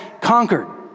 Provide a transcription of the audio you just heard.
conquered